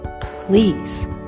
please